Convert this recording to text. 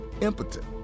impotent